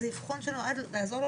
עכשיו,